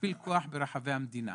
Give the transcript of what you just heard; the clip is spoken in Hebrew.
כמכפיל כוח ברחבי המדינה.